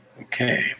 Okay